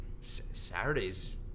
Saturdays